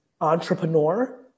entrepreneur